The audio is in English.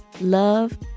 love